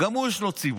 גם לו יש ציבור